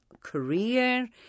career